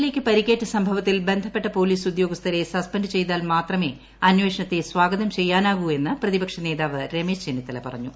A യ്ക്കു പരിക്കേറ്റ സംഭവത്തിൽ ബന്ധപ്പെട്ട പോലീസ് ഉദ്യോഗസ്ഥരെ സസ്പെന്റു ചെയ്താൽ മാത്രമേ അന്വേഷണത്തെ സ്വാഗതം ചെയ്യാനാകൂ എന്ന് പ്രതിപക്ഷ നേതാവ് രമേശ് ചെന്നിത്തല പറഞ്ഞു